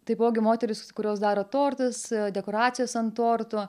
taipogi moterys kurios daro tortus dekoracijas ant tortų